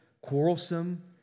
quarrelsome